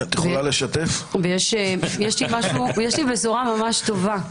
יש לי בשורה ממש טובה.